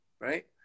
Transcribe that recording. right